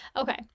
Okay